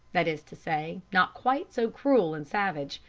that is to say, not quite so cruel and savage,